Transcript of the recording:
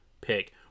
pick